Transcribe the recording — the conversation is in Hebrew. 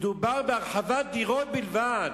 מדובר בהרחבת דירות בלבד.